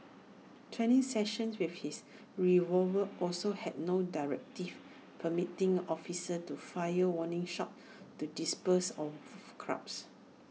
training sessions with his revolver also had no directive permitting officers to fire warning shots to disperse of crowds